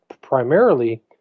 primarily